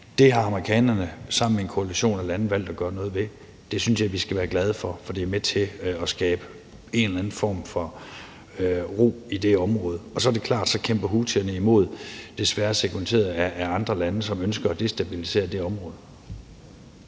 Det har amerikanerne sammen med en koalition af lande valgt at gøre noget ved. Det synes jeg vi skal være glade for, for det er med til at skabe en eller anden form for ro i det område. Og så er det klart, at så kæmper houthierne imod, desværre sekunderet af andre lande, som ønsker at destabilisere det område.